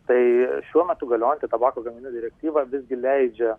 tai šiuo metu galioti tabako gaminių direktyvą visgi leidžia